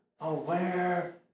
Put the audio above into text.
aware